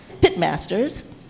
pitmasters